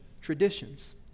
traditions